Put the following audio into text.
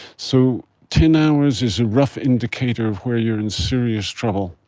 so ten hours is a rough indicator of where you are in serious trouble.